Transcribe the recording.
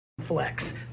flex